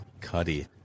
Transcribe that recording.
Cuddy